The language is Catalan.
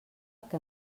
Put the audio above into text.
que